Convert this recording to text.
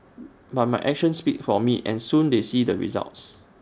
but my actions speak for me and soon they see the results